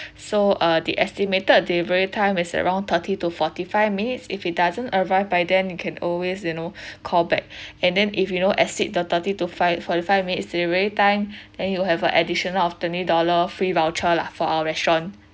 so uh the estimated delivery time is around thirty to forty five minutes if it doesn't arrive by then you can always you know call back and then if you know exceed the thirty to five forty five minutes delivery time then you have an additional of twenty dollar free voucher lah for our restaurant